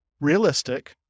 realistic